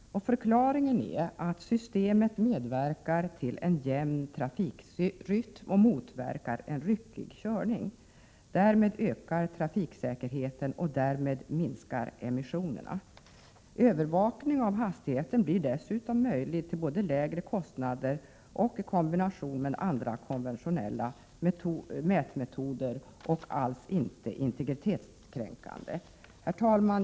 Förklaringen är att systemet medverkar till en jämn trafikrytm och motverkar ryckig körning. Övervakningen av hastigheten blir dessutom möjlig både till lägre kostnad och i kombination med andra, konventionella mätmetoder och alls inte integritetskränkande. Herr talman!